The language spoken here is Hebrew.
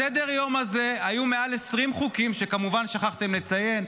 בסדר-היום הזה היו מעל 20 חוקים שכמובן שכחתם לציין,